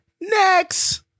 Next